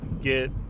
get